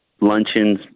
luncheons